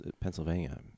Pennsylvania